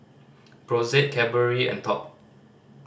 Brotzeit Cadbury and Top